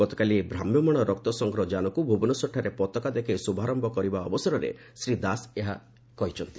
ଗତକାଲି ଏହି ଭ୍ରାମ୍ୟମାଣ ରକ୍ତ ସଂଗ୍ରହ ଯାନକୁ ଭୁବନେଶ୍ୱରଠାରେ ପତାକା ଦେଖାଇ ଶୁଭାରମ୍ଠ କରିବା ଅବସରରେ ସେ ଏହା କହିଛନ୍ତି